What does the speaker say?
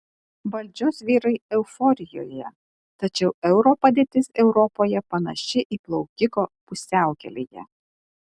valdžios vyrai euforijoje tačiau euro padėtis europoje panaši į plaukiko pusiaukelėje